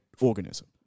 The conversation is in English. organism